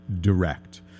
direct